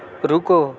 رکو